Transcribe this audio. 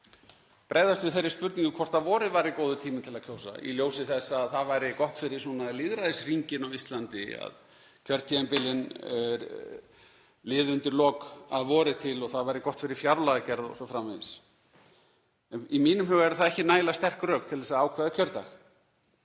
bregðast við þeirri spurningu hvort vorið væri góður tími til að kjósa í ljósi þess að það væri gott fyrir lýðræðishringinn á Íslandi að kjörtímabilin liðu undir lok að vori til og það væri gott fyrir fjárlagagerð o.s.frv. Í mínum huga eru það ekki nægilega sterk rök til þess að ákveða kjördag.